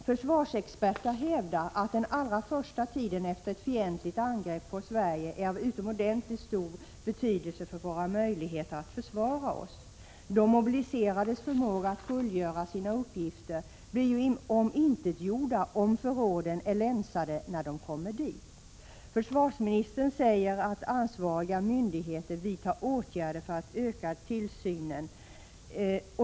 Försvarsexperter hävdar att den allra första tiden efter ett fientligt angrepp på Sverige är av utomordentligt stor betydelse för våra möjligheter att försvara oss. De mobiliserades förmåga att fullgöra sina uppgifter blir ju omintetgjord, om förråden är länsade när de kommer dit. Försvarsministern säger att ansvariga myndigheter vidtar åtgärder för att öka tillsynen.